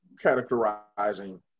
categorizing